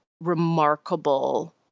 remarkable